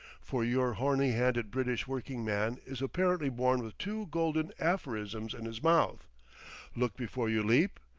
for your horny-handed british working-man is apparently born with two golden aphorisms in his mouth look before you leap,